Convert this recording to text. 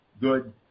good